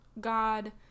God